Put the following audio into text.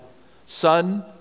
Son